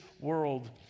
world